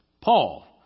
Paul